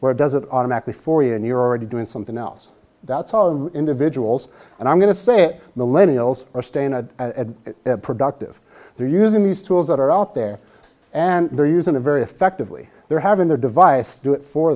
where does it automatically for you and you're already doing something else that's all of individuals and i'm going to say millennial or stay in a productive they're using these tools that are out there and they're using the very effectively they're having their device do it for